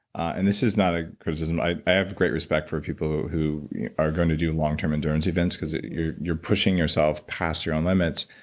and this is not a criticism. i i have great respect for people who are going to do long-term endurance events because you're pushing yourself past your own limits,